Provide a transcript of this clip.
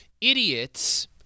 idiots